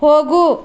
ಹೋಗು